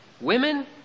Women